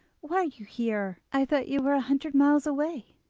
why are you here? i thought you were a hundred miles away.